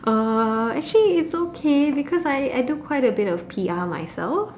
uh actually it's okay because I I do quite a bit of P_R myself